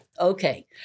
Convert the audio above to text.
Okay